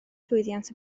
llwyddiant